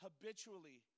habitually